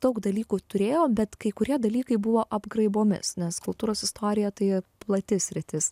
daug dalykų turėjau bet kai kurie dalykai buvo apgraibomis nes kultūros istorija tai plati sritis